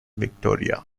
victoria